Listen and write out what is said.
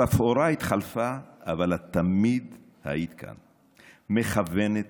התפאורה התחלפה, אבל את תמיד היית כאן, מכוונת,